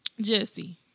Jesse